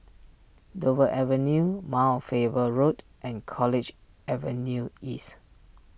Dover Avenue Mount Faber Road and College Avenue East